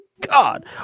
God